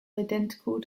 identical